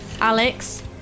Alex